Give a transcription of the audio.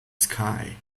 sky